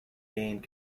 gained